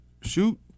shoot